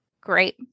Great